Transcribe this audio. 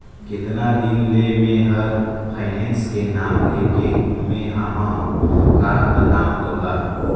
केतना दिन ले मे हर फायनेस के नाव लेके घूमें अहाँ का बतावं तोला